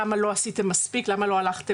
תגובות על למה לא עשינו מספיק ולמה לא עשינו